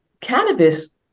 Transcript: cannabis